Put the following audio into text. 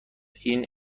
این